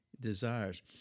Desires